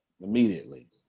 immediately